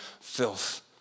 filth